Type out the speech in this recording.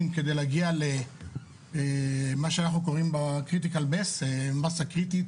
כדי להגיע למה שאנחנו קוראים מסה קריטית